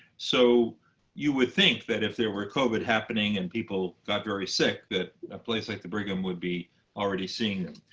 so you would think that if there were covid happening, and people got very sick, that a place like the brigham would be already seeing them.